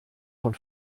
von